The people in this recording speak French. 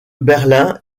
berlin